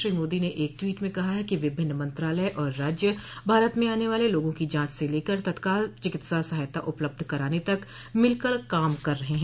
श्री मोदी ने एक टवीट में कहा कि विभिन्न मंत्रालय और राज्य भारत में आने वाले लोगों की जांच से लेकर तत्काल चिकित्सा सहायता उपलब्ध कराने तक मिलकर काम कर रहे हैं